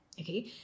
Okay